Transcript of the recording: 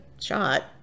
shot